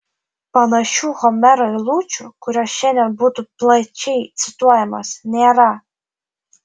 panašių homero eilučių kurios šiandien būtų plačiai cituojamos nėra